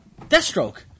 Deathstroke